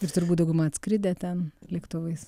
ir turbūt dauguma atskridę ten lėktuvais